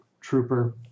trooper